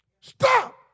Stop